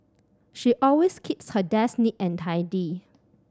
she always keeps her desk neat and tidy